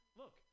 look